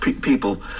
people